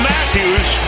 Matthews